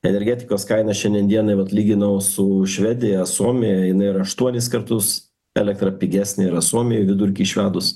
energetikos kaina šiandien dienai vat lyginau su švedija suomija jinai yra aštuonis kartus elektra pigesnė yra suomijoj vidurkį išvedus